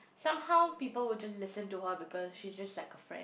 somehow people will just listen to her because she's just like a friend